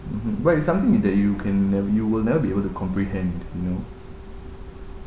mmhmm but it's something that you can nev~ you will never be able to comprehend you know